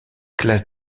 classe